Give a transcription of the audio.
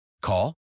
Call